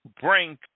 bring